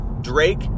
Drake